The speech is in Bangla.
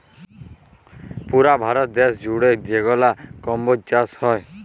পুরা ভারত দ্যাশ জুইড়ে যেগলা কম্বজ চাষ হ্যয়